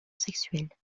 sexuelle